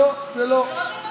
לא, זה לא.